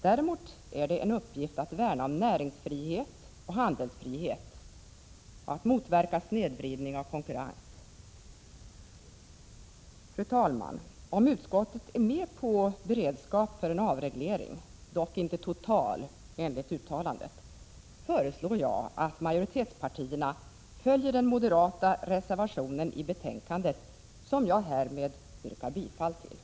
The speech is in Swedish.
Däremot är det vår uppgift att värna om näringsfrihet och handelsfrihet och att motverka snedvridning av konkurrens. Fru talman! Om utskottet är med på beredskap för en avreglering — dock inte total enligt uttalandet — föreslår jag att majoritetspartierna följer den moderata reservationen, som jag härmed yrkar bifall till.